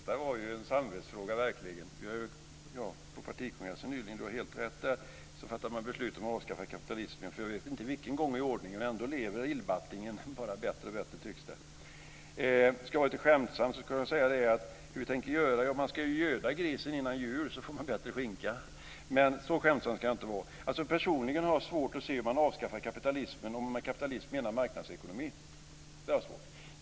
Fru talman! Det sista var verkligen en samvetsfråga. Karin Falkmer har helt rätt i att partikongressen nyligen fattade beslut om att avskaffa kapitalismen för jag vet inte vilken gång i ordningen. Ändå lever illbattingen bara bättre och bättre, tycks det. Skulle jag vara lite skämtsam kunde jag säga att man ska ju göda grisen före jul så får man bättre skinka, men så skämtsam ska jag inte vara. Personligen har jag svårt att se hur man ska avskaffa kapitalismen, om man med kapitalism menar marknadsekonomi. Det har jag svårt för.